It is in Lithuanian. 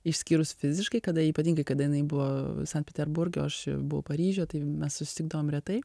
išskyrus fiziškai kada ypatingai kada jinai buvo sankt peterburge o aš buvau paryžiuje tai mes susitikdavom retai